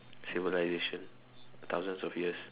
civilisation a thousands of years